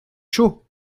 chaud